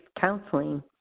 counseling